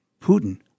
Putin